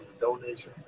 donation